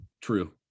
True